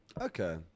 Okay